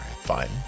fine